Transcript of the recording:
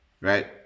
right